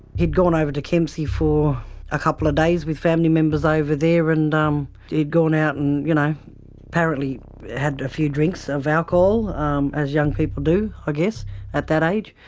he'd gone over to kempsey for a couple of days with family members over there and um he'd gone out and you know apparently had a few drinks of alcohol um as young people do i ah guess at that age,